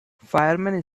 fireman